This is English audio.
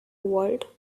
world